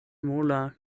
mola